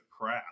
crap